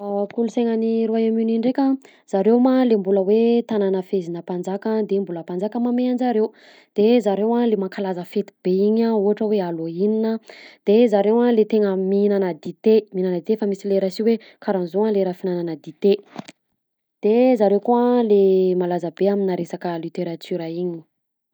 Kolonsaina any Royaume-uni ndreka zareo ma le mbola hoe tanana fehezina mpanjaka de mbola mpanjaka mamehy anjareo de zareo a le mankalaza fety be iny a ohatra hoe halloween a de zareo a le tena mihignana dite ,mihignana dite efa misy lera si hoe karaha zao lera fihinanana dite de zareo koa le malaza be amina resaka literatiora iny.